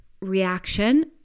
reaction